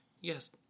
Yes